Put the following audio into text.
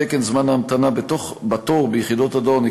תקן זמן ההמתנה בתור ביחידות הדואר עודכן,